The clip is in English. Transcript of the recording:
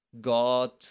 God